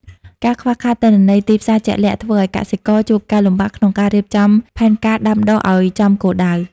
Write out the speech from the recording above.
ការខ្វះខាតទិន្នន័យទីផ្សារជាក់លាក់ ធ្វើឱ្យកសិករជួបការលំបាកក្នុងការរៀបចំផែនការដាំដុះឱ្យចំគោលដៅ។